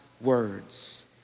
words